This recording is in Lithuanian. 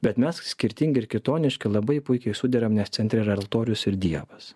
bet mes skirtingi ir kitoniški labai puikiai suderam nes centre yra altorius ir dievas